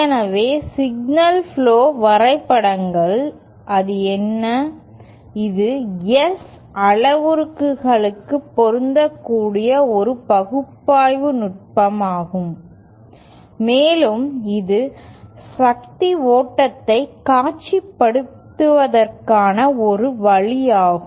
எனவே signal flow வரைபடங்கள் அது என்ன இது S அளவுருக்களுக்கு பொருந்தக்கூடிய ஒரு பகுப்பாய்வு நுட்பமாகும் மேலும் இது சக்தி ஓட்டத்தை காட்சிப்படுத்துவதற்கான ஒரு வழியாகும்